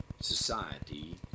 society